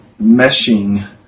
meshing